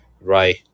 right